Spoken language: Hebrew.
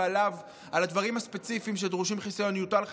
ועל הדברים הספציפיים שדורשים חיסיון יוטל חיסיון,